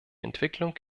entwicklung